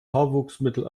haarwuchsmittel